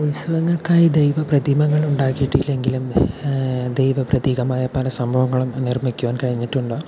ഉൽസവങ്ങൾക്കായി ആയി ദൈവപ്രതിമകൾ ഉണ്ടാക്കിയിട്ടില്ലെങ്കിലും ദൈവപ്രതീകമായ പല സംഭവങ്ങളും നിർമ്മിക്കുവാൻ കഴിഞ്ഞിട്ടുള്ള